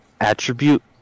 attribute